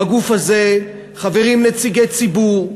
בגוף הזה חברים נציגי ציבור,